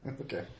okay